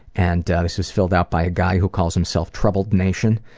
and this was filled out by a guy who calls himself troubled nation.